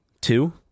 Two